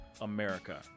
America